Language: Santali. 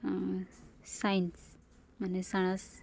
ᱥᱟᱭᱮᱱᱥ ᱢᱟᱱᱮ ᱥᱟᱬᱮᱥ